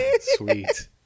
Sweet